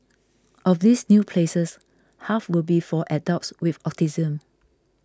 of these new places half will be for adults with autism